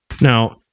Now